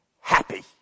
...happy